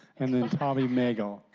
and tommy nagel.